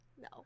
no